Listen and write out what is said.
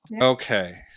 Okay